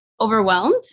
overwhelmed